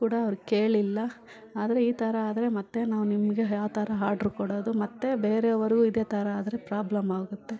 ಕೂಡ ಅವ್ರು ಕೇಳಿಲ್ಲ ಆದರೆ ಈ ಥರ ಆದರೆ ಮತ್ತು ನಾವು ನಿಮಗೆ ಯಾವ ಥರ ಹಾರ್ಡ್ರ್ ಕೊಡೋದು ಮತ್ತು ಬೇರೆಯವರು ಇದೇ ಥರ ಆದರೆ ಪ್ರಾಬ್ಲಮ್ಮಾಗುತ್ತೆ